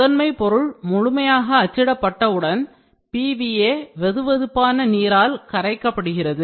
முதன்மை பொருள் முழுமையாக அச்சிடப்பட்டவுடன் PVA வெதுவெதுப்பான நீரால் கரைக்கப்படுகிறது